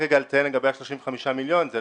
לגבי ה-35 מיליון שקלים.